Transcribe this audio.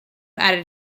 added